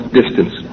distance